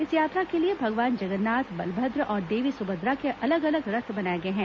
इस यात्रा के लिए भगवान जगन्नाथ बलभद्र और देवी सुभद्रा के अलग अलग रथ बनाए गए हैं